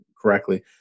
correctly